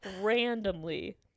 randomly